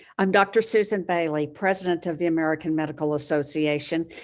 i'm dr. susan bailey, president of the american medical association.